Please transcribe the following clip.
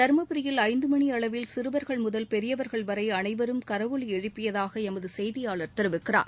தர்மபுரியில் ஐந்து மணியளவில் சிறுவர்கள் முதல் பெரியவர்கள் வரை அனைவரும் கரவொலி எழுப்பியதாக எமது செய்தியாளர் தெரிவிக்கிறார்